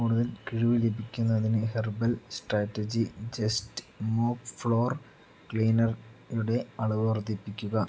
കൂടുതൽ കിഴിവ് ലഭിക്കുന്നതിന് herbal strategy just mop floor cleaner യുടെ അളവ് വർദ്ധിപ്പിക്കുക